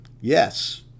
yes